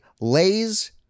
Lay's